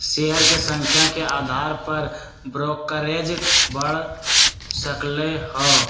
share के संख्या के अधार पर ब्रोकरेज बड़ सकलई ह